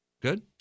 Good